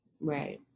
Right